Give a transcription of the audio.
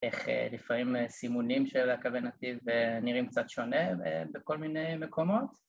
‫איך לפעמים סימונים של הקווי נתיב ‫נראים קצת שונה בכל מיני מקומות.